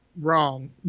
wrong